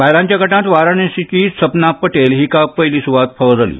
बायलांच्या गटांत वाराणसीची सपना पटेल हिका पयली सुवात फावो जाली